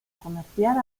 comercial